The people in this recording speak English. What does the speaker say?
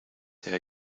here